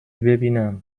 ببینم